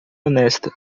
honesta